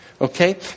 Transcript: okay